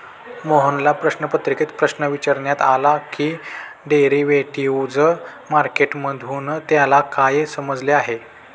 मोहनला प्रश्नपत्रिकेत प्रश्न विचारण्यात आला की डेरिव्हेटिव्ह मार्केट मधून त्याला काय समजले आहे?